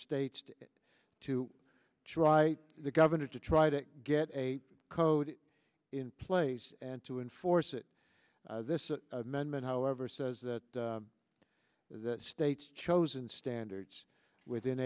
state to try the governor to try to get a code in place and to enforce it this amendment however says that the states chosen standards within